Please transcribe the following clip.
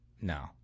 No